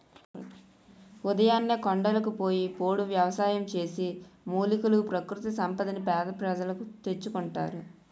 ఉదయాన్నే కొండలకు పోయి పోడు వ్యవసాయం చేసి, మూలికలు, ప్రకృతి సంపదని పేద ప్రజలు తెచ్చుకుంటారు